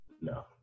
No